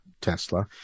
Tesla